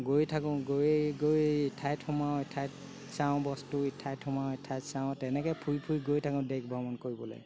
গৈ থাকোঁ গৈ গৈ ইঠাইত সোমাওঁ ইঠাইত চাওঁ বস্তু ইঠাইত সোমাওঁ ইঠাইত চাওঁ তেনেকৈ ফুৰি ফুৰি গৈ থাকোঁ দেশ ভ্ৰমণ কৰিবলৈ